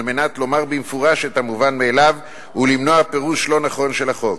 כדי לומר במפורש את המובן מאליו ולמנוע פירוש לא נכון של החוק.